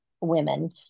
women